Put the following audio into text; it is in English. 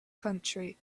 country